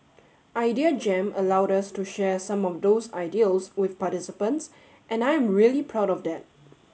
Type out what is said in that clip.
idea Jam allowed us to share some of those ideals with participants and I am really proud of that